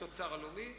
התוצר הלאומי,